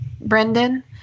Brendan